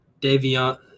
Davion